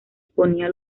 ponía